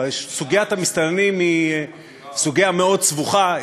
וסוגיית המסתננים היא סוגיה מאוד סבוכה.